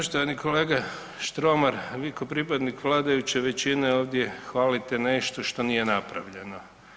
Poštovani kolega Štromar, vi ko pripadnik vladajuće većine ovdje hvalite nešto što nije napravljeno.